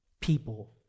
people